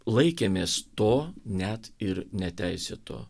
laikėmės to net ir neteisėto